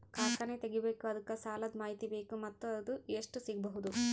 ಕಾರ್ಖಾನೆ ತಗಿಬೇಕು ಅದಕ್ಕ ಸಾಲಾದ ಮಾಹಿತಿ ಬೇಕು ಮತ್ತ ಅದು ಎಷ್ಟು ಸಿಗಬಹುದು?